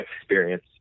experience